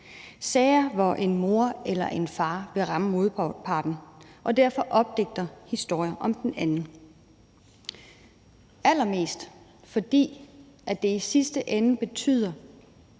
sager, hvor en mor eller en far vil ramme modparten og derfor opdigter historier om den anden – allermest fordi det i sidste ende betyder,